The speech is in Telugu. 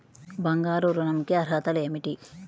బంగారు ఋణం కి అర్హతలు ఏమిటీ?